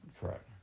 Correct